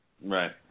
Right